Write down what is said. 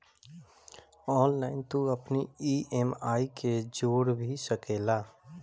online तू अपनी EMI के जोड़ भी सकेला